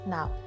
Now